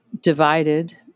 divided